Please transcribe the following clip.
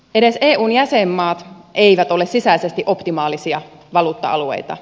edes eun jäsenmaat eivät ole sisäisesti optimaalisia valuutta alueita